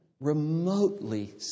remotely